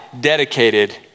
dedicated